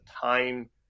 time